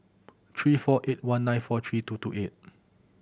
three four eight one nine four three two two eight